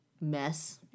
mess